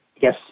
yes